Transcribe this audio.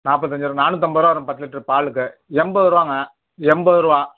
நாற்பத்தஞ்சு ருபா நானூற்றம்பது ரூபா வரும் பத்து லிட்ரு பாலுக்கு எண்பது ருபாங்க எண்பது ருபா